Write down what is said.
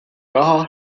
raha